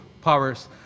powers